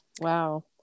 Wow